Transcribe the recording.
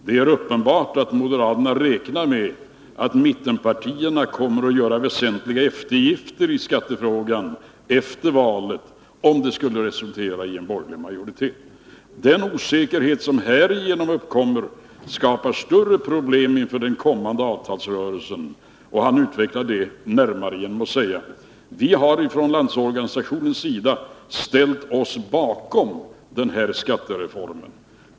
Det är uppenbart att moderaterna räknar med att mittenpartierna kommer att göra väsentliga eftergifter i skattefrågan efter valet, om detta resulterar i borgerlig majoritet. Den osäkerhet som härigenom uppkommer skapar stora problem inför den kommande avtalsrörelsen.” Han utvecklar detta närmare genom att säga: ”Vi har, från Landsorganisationens sida, ställt oss bakom den föreslagna skattereformen.